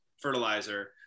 fertilizer